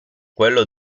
quello